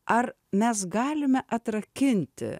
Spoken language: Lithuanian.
ar mes galime atrakinti